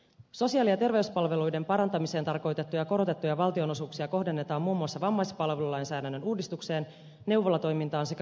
sosiaali ja terveyspalveluiden parantamiseen tarkoitettuja korotettuja valtionosuuksia kohdennetaan muun muassa vammaispalvelulainsäädännön uudistukseen neuvolatoimintaan sekä koulu ja opiskeluterveydenhuoltoon